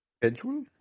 Schedule